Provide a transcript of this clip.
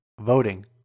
voting